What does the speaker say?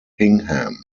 hingham